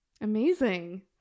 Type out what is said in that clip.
Amazing